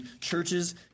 Churches